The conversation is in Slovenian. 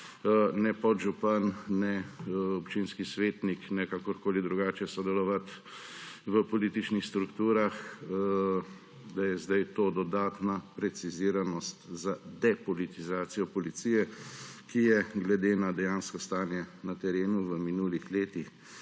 ne podžupan, ne občinski svetnik, ne kakorkoli drugače sodelovati v političnih strukturah, da je zdaj to dodatna preciziranost za depolitizacijo policije, ki je glede na dejansko stanje na terenu v minulih letih